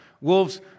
Wolves